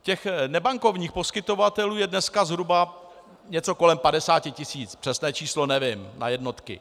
Těch nebankovních poskytovatelů je dneska zhruba něco kolem 50 tisíc, přesné číslo na jednotky nevím.